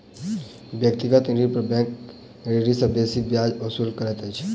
व्यक्तिगत ऋण पर बैंक ऋणी सॅ बेसी ब्याज वसूल करैत अछि